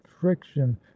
friction